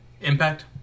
Impact